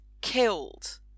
killed